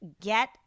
get